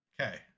Okay